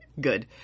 Good